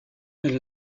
elle